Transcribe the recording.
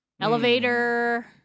Elevator